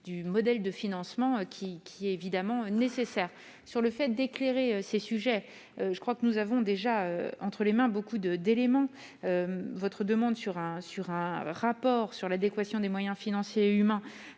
du modèle de financement, qui est nécessaire. Vous me demandez de vous éclairer sur ce sujet. Je crois que nous avons déjà entre les mains beaucoup d'éléments. Votre demande de rapport sur l'adéquation des moyens financiers et humains